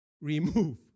remove